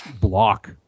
block